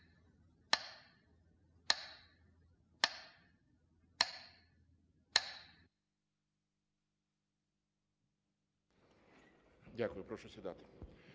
Дякую, прошу сідати.